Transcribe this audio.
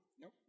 Nope